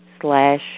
slash